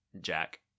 Jack